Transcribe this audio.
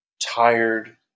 tired